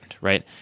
right